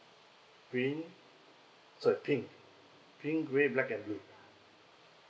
green sorry pink pink red black and blue